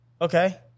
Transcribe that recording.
okay